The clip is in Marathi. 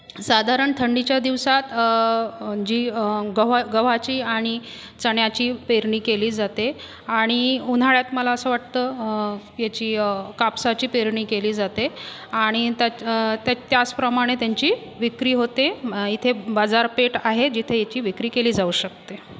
साधारण थंडीच्या दिवसात जी गव्हा गव्हाची आणि चण्याची पेरणी केली जाते आणि उन्हाळ्यात मला असं वाटतं याची कापसाची पेरणी केली जाते आणि त त त्याचप्रमाणे त्यांची विक्री होते इथे बाजारपेठ आहे जिथे याची विक्री केली जाऊ शकते